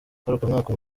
ngarukamwaka